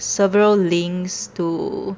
several links to